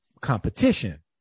competition